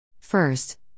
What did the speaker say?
First